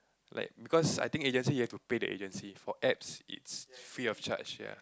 like because I think agency you have to pay the agency for apps it's free of charge ya